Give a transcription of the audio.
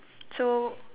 so